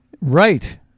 Right